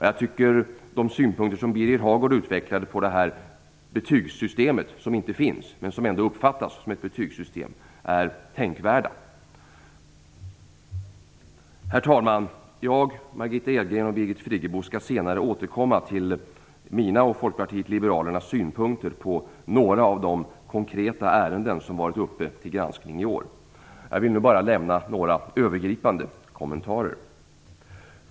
Jag tycker också att de synpunkter som Birger Hagård utvecklade i fråga om det betygssystem som inte finns men som ändå uppfattas som ett betygssystem är tänkvärda. Herr talman! Jag, Margitta Edgren och Birgit Friggebo skall senare återkomma till mina och Folkpartiet liberalernas synpunkter på några av de konkreta ärenden som har varit uppe till granskning i år. Jag vill nu bara lämna några övergripande kommentarer.